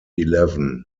eleven